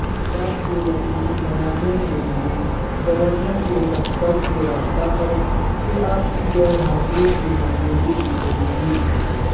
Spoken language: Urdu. اس بات کو یقینی بنانے کے لیے گورنر کے دفتر سے رابطہ کریں کہ آپ کی غیر حاضری کی منظوری دی گئی تھی